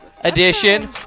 edition